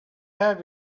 have